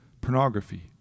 pornography